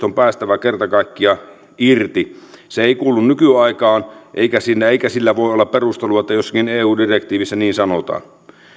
on päästävä kerta kaikkiaan irti se ei kuulu nykyaikaan eikä sillä voi olla perusteluna että jossakin eu direktiivissä niin sanotaan